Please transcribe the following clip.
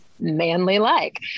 manly-like